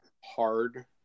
hard